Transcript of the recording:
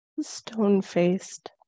stone-faced